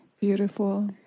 beautiful